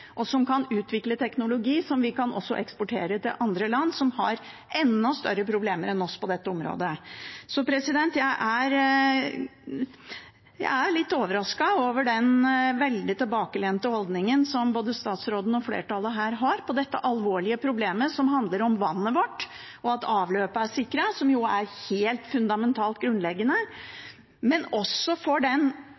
og som kan utvikle teknologi som vi også kan eksportere til andre land som har enda større problemer enn oss på dette området. Jeg er litt overrasket over den veldig tilbakelente holdningen som både statsråden og flertallet her har til dette alvorlige problemet, som handler om vannet vårt og at avløpet er sikret, noe som jo er helt fundamentalt grunnleggende.